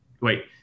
wait